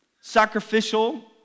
sacrificial